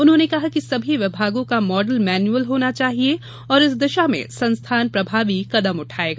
उन्होंने कहा कि सभी विभागों का मॉडल मेन्युअल होना चाहिये और इस दिशा में संस्थान प्रभावी कदम उठायेगा